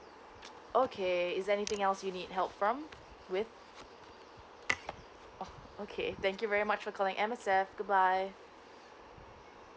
okay is there anything else you need help from with oh okay thank you very much for calling M_S_F goodbye